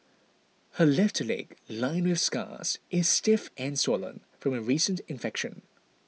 her left leg lined with scars is stiff and swollen from a recent infection